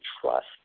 trust